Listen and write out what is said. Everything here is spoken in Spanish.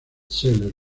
seller